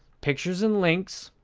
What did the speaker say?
pictures and links,